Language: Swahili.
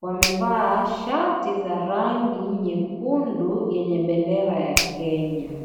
wamevaa shati za rangi nyekundu yenye bendera ya Kenya.